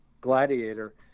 Gladiator